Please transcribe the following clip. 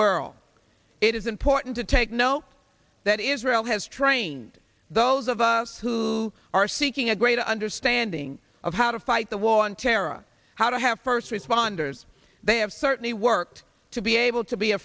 world it is important to take note that israel has trained those of us who are seeking a greater understanding of how to fight the war on terror how to have first responders they have certainly worked to be able to be a